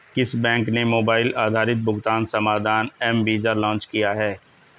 किस बैंक ने मोबाइल आधारित भुगतान समाधान एम वीज़ा लॉन्च किया है?